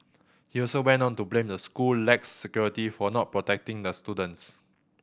he also went on to blame the school lax security for not protecting the students